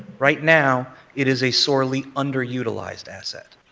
right now it is a sorley under utilized asset.